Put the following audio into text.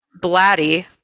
Blatty